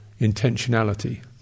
intentionality